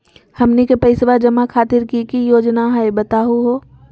हमनी के पैसवा जमा खातीर की की योजना हई बतहु हो?